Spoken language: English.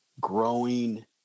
growing